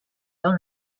dans